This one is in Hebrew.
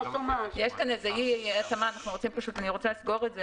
יש כאן איזו אי-התאמה ואני רוצה לסגור את זה,